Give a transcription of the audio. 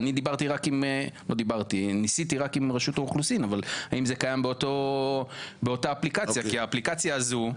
ניסיתי רק עם רשות האוכלוסין אבל האם זה קיים באותה אפליקציה הזו,